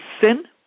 sin